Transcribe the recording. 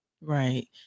Right